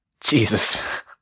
Jesus